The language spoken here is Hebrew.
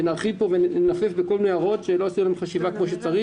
שלא נרחיב פה בכל מיני דברים שלא עשינו לגביהם חשיבה כפי שצריך.